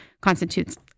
constitutes